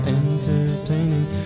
entertaining